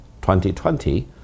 2020